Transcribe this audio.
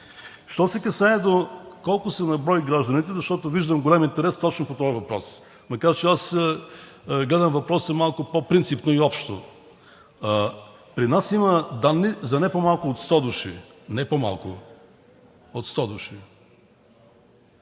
Що се касае колко са на брой гражданите, защото виждам голям интерес точно по този въпрос, макар че аз гледам въпроса малко по-принципно и общо, при нас има данни за не по-малко от 100 души. Не по-малко от 100 души!